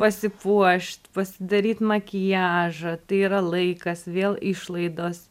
pasipuošt pasidaryt makiažą tai yra laikas vėl išlaidos